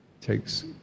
takes